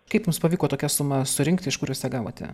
kaip jums pavyko tokią sumą surinkti iš kur jūs ją gavote